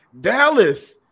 Dallas